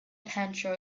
pancho